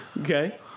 Okay